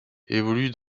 évolue